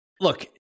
look